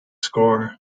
score